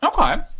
Okay